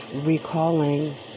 recalling